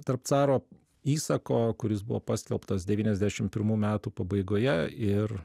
tarp caro įsako kuris buvo paskelbtas devyniasdešim metų pabaigoje ir